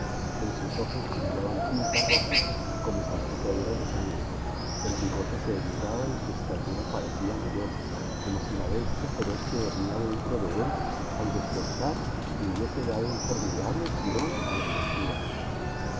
en sus ojos brillaban pintas rojas como salpicaduras de sangre el bigote se erizaba y su estatura parecía mayor como si la bestia feroz que dormía dentro de él al despertar hubiese dado un formidable estirón a la envoltura